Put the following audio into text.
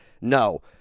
No